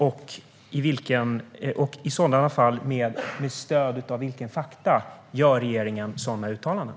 Om det är fallet: Med stöd av vilka fakta gör regeringen sådana uttalanden?